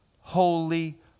holy